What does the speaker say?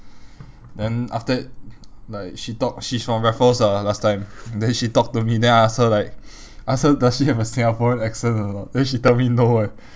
then after that like she talk she's from raffles ah last time then she talk to me then I ask her like ask her does she have a singaporean accent or not the she tell me no eh